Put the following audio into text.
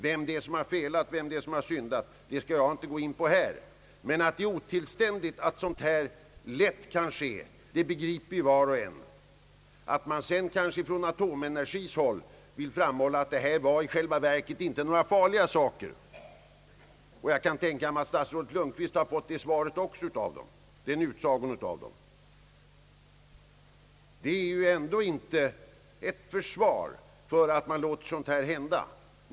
Vem det är som har felat skall jag inte här gå in på, men var och en förstår ju hur otillständigt det är att någonting sådant har kunnat ske. Att det sedan kanske från AB Atomenergis sida framhålles att det i själva verket inte rörde sig om några farliga saker — jag kan tänka mig att herr statsrådet Lundkvist också fått detta besked — är ju ändå inte något försvar för att man låter någonting sådant hända.